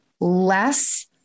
less